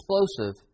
explosive